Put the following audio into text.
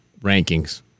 rankings